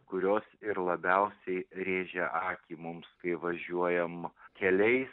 kurios ir labiausiai rėžia akį mums kai važiuojam keliais